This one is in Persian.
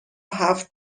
هفت